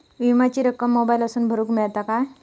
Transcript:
विमाची रक्कम मोबाईलातसून भरुक मेळता काय?